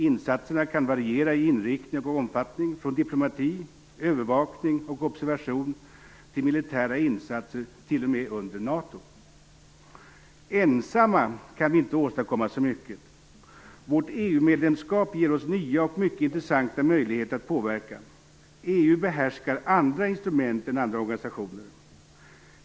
Insatserna kan variera i inriktning och omfattning, från diplomati, övervakning och observation till militära insatser t.o.m. under NATO. Ensamma kan vi inte åstadkomma så mycket. Vårt EU-medlemskap ger oss nya och mycket intressanta möjligheter att påverka. EU behärskar andra instrument än andra organisationer.